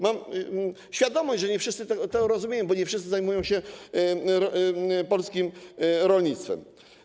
Mam świadomość, że nie wszyscy to rozumieją, bo nie wszyscy zajmują się polskim rolnictwem.